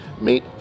meet